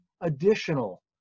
additional